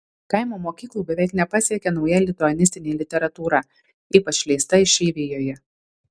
kaimo mokyklų beveik nepasiekia nauja lituanistinė literatūra ypač leista išeivijoje